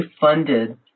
funded